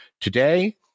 Today